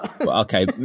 okay